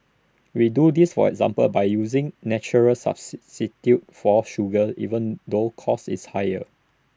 we do this for example by using natural substitute for sugar even though cost is higher